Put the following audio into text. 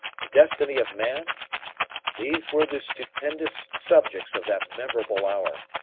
the destiny of man these were the stupendous subjects of that memorable hour,